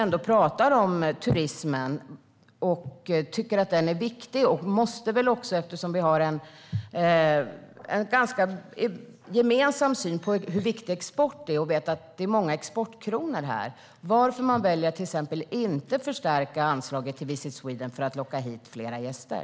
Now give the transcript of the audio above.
Han talar ändå om turismen och tycker att den är viktig, och vi har en ganska gemensam syn på hur viktig exporten är och att det är många exportkronor här. Varför väljer man till exempel att inte förstärka anslagen till Visit Sweden för att locka hit fler gäster?